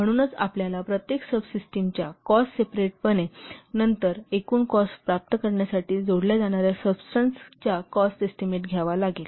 म्हणून आपल्याला प्रत्येक सबसिस्टिमच्या कॉस्ट सेपरेट पणे नंतर एकूण कॉस्ट प्राप्त करण्यासाठी जोडल्या जाणार्या सबस्टन्स च्या कॉस्ट एस्टीमेट लागावा लागेल